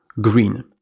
green